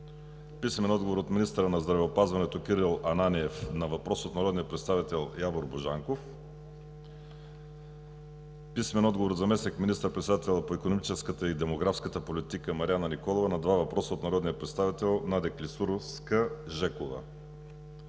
Анастасова; - министъра на здравеопазването Кирил Ананиев на въпрос от народния представител Явор Божанков; - заместник министър-председателя по икономическата и демографската политика Марияна Николова на два въпроса от народния представител Надя Клисурска-Жекова;